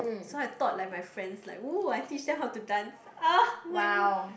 so I taught like my friends like !woo! I teach them how to dance !ah! my my